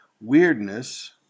weirdness